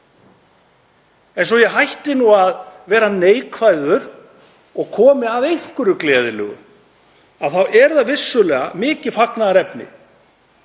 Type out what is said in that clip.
En svo ég hætti nú að vera neikvæður og komi að einhverju gleðilegu þá er það vissulega mikið fagnaðarefni